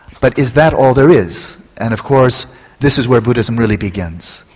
but is that all there is? and of course this is where buddhism really begins,